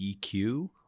EQ